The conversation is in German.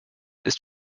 ist